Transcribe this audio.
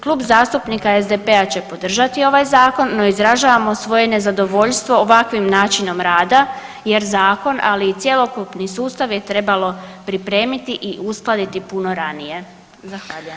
Klub zastupnika SDP-a će podržati ovaj Zakon, no izražavamo svoje nezadovoljstvo ovakvim načinom rada, jer Zakon ali i cjelokupni sustav je trebalo pripremiti i uskladiti puno ranije.